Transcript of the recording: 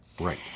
Right